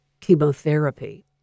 chemotherapy